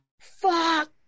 Fuck